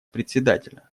председателя